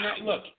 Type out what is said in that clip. Look